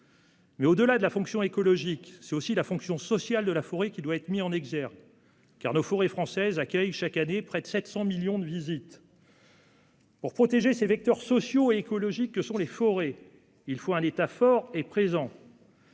CO2. Au-delà de la fonction écologique, c'est aussi la fonction sociale de la forêt qui doit être mise en exergue, car nos forêts accueillent chaque année près de 700 millions de visites. Pour protéger ces vecteurs sociaux et écologiques, il faut un État fort et présent.